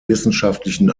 wissenschaftlichen